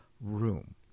room